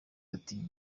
ati